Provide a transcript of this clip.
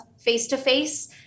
face-to-face